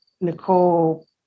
Nicole